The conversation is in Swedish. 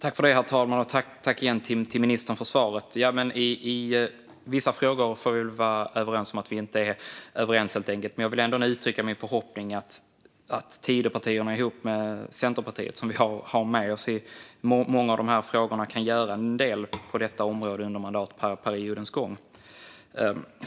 Herr talman! Tack igen för svaret, ministern! Ja, i vissa frågor får vi väl vara överens om att vi inte är överens. Men jag vill ändå uttrycka min förhoppning att Tidöpartierna tillsammans med Centerpartiet, som vi har med oss i många av dessa frågor, kan göra en del på detta område under mandatperioden.